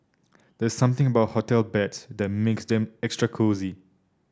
there's something about hotel beds that makes them extra cosy